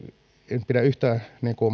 en siis pidä yhtään